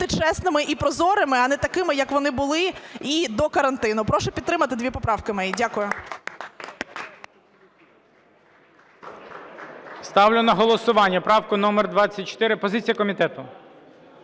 чесними і прозорими, а не такими, якими вони були до карантину. Прошу підтримати дві поправки мої. Дякую. ГОЛОВУЮЧИЙ. Ставлю на голосування правку номер 24. Позиція комітету.